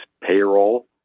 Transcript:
payroll